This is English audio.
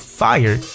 fire